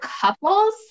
couples